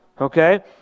Okay